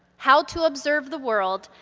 how to observe the world,